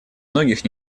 многих